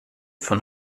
von